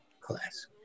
class